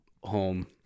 home